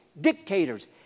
dictators